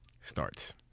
starts